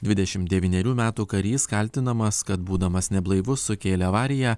dvidešim devynerių metų karys kaltinamas kad būdamas neblaivus sukėlė avariją